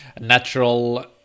natural